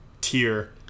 tier